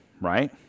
right